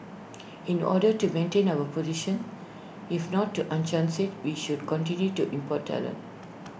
in order to maintain our position if not to enhance IT we should continue to import talent